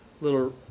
little